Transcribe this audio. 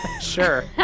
Sure